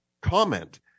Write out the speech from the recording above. comment